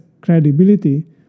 credibility